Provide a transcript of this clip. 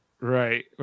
Right